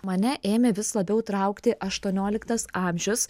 mane ėmė vis labiau traukti aštuonioliktas amžius